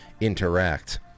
interact